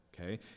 okay